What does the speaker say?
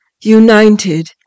united